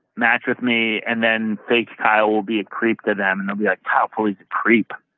match with me and then fake kyle will be a creep to them, and they'll be like, kyle pulley's a creep